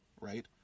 right